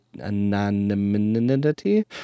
anonymity